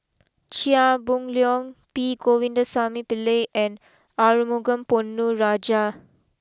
Chia Boon Leong P Govindasamy Pillai and Arumugam Ponnu Rajah